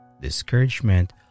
discouragement